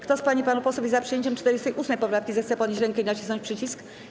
Kto z pań i panów posłów jest za przyjęciem 48. poprawki, zechce podnieść rękę i nacisnąć przycisk.